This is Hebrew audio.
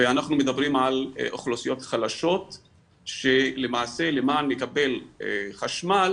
ואנחנו מדברים על אוכלוסיות חלשות שלמעשה למען לקבל חשמל,